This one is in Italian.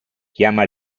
chiama